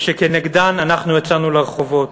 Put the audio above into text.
שכנגדן אנחנו יצאנו לרחובות,